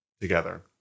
together